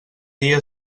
dia